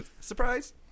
Surprise